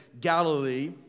Galilee